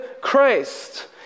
Christ